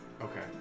Okay